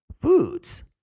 foods